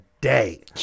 day